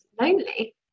lonely